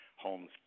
homes